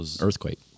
earthquake